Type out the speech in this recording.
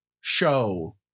show